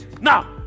Now